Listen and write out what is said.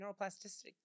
neuroplasticity